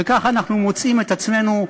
וכך אנחנו מוצאים את עצמנו,